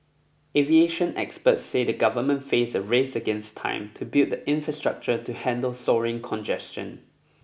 aviation experts say the government face a race against time to build the infrastructure to handle soaring congestion